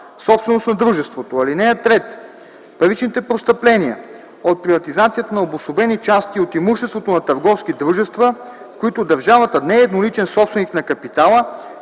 собственост на дружеството. (3) Паричните постъпления от приватизацията на обособени части от имуществото на търговски дружества, в които държавата не е едноличен собственик на капитала,